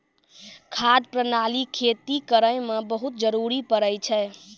खाद प्रणाली खेती करै म बहुत जरुरी पड़ै छै